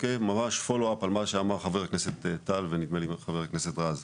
ממש כפולו-אפ על מה שאמר חה"כ טל ונדמה לי שגם חה"כ רז.